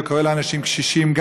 זה קורה לאנשים קשישים,